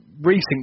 recent